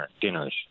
dinners